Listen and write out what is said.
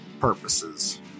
purposes